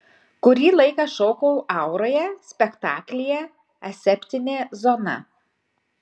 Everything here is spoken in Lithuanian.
kurį laiką šokau auroje spektaklyje aseptinė zona